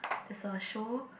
there's a show